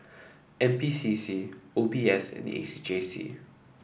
N P C C O B S and A C J C